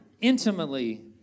intimately